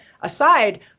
aside